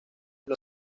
los